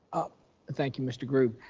um and thank you, mr. grube,